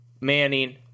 Manning